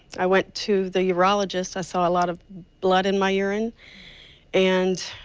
i went to the urologist, i saw a olot of blood in my yeah ourin and